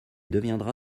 deviendra